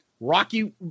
Rocky